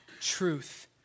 Truth